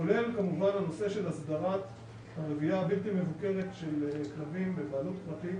כולל כמובן הנושא של הסדרת הרבייה הבלתי מבוקרת של כלבים בבעלות פרטית